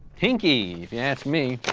pinky, if you ask me.